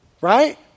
right